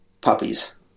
puppies